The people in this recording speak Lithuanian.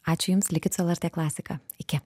ačiū jums likit su lrt klasika iki